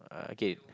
uh okay